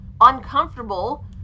uncomfortable